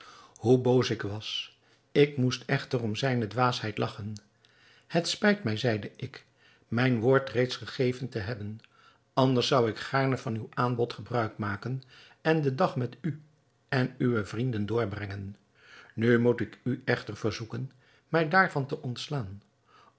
hoe boos ik was ik moest echter om zijne dwaasheid lagchen het spijt mij zeide ik mijn woord reeds gegeven te hebben anders zou ik gaarne van uw aanbod gebruik maken en den dag met u en uwe vrienden doorbrengen nu moet ik u echter verzoeken mij daarvan te ontslaan